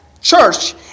church